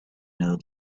know